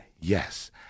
Yes